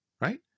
right